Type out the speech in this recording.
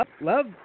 love